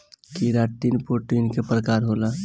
keratin protein के प्रकार होला